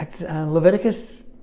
Leviticus